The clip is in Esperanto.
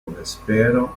vespero